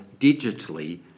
digitally